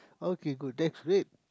okay good then wait